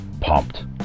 pumped